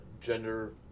gender